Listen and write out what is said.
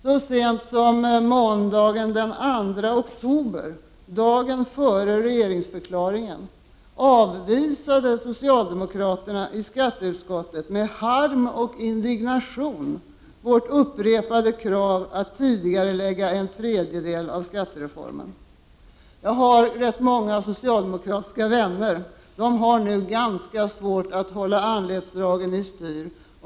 Så sent som måndagen den 2 oktober — dagen före regeringsförklaringen — avvisade socialdemokraterna i skatteutskottet med harm och indignation vårt upprepade krav att tidigarelägga en tredjedel av skattereformen. Jag har rätt många socialdemokratiska vänner, och de har nu ganska svårt att hålla anletsdragen i styr.